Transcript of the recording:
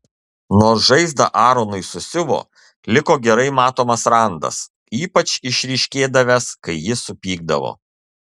nors žaizdą aronui susiuvo liko gerai matomas randas ypač išryškėdavęs kai jis supykdavo